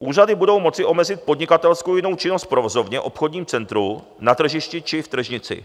Úřady budou moci omezit podnikatelskou a jinou činnost v provozovně, obchodním centru, na tržišti či v tržnici.